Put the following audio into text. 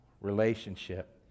relationship